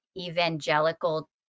evangelical